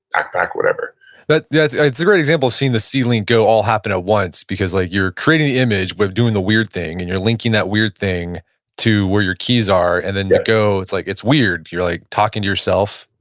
backpack, whatever yeah it's it's a great example seeing the see link go! all happen once because like you're creating the image, but doing the weird thing, and you're linking that weird thing to where your keys are, and then yeah go. it's like it's weird. you're like talking to yourself,